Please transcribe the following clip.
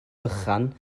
bychan